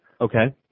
Okay